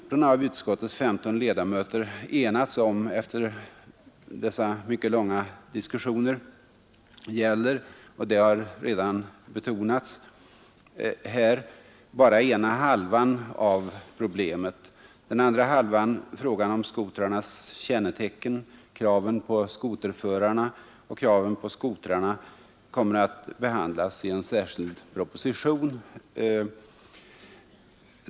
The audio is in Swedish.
Den skrivning som av utskottets 15 ledamöter enades om efter mycket långa diskussioner gäller för övrigt bara den ena halvan av problemet. Det har redan betonats här i debatten. Den andra halvan, nämligen frågan om skotrarnas kännetecken och kraven på skotrarna och på skoterförarna, kommer att behandlas i en särskild proposition.